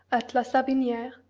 at la saviniere,